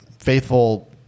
Faithful